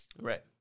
Right